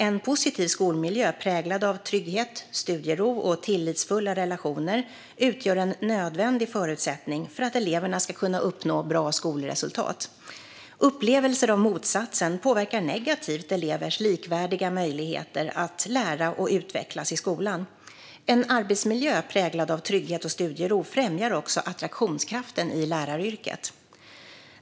En positiv skolmiljö präglad av trygghet, studiero och tillitsfulla relationer utgör en nödvändig förutsättning för att eleverna ska kunna uppnå bra skolresultat. Upplevelser av motsatsen påverkar negativt elevers likvärdiga möjligheter att lära och utvecklas i skolan. En arbetsmiljö präglad av trygghet och studiero främjar också attraktionskraften i läraryrket.